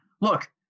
look